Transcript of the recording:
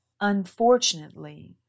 unfortunately